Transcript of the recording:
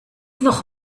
noch